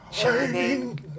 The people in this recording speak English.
Shining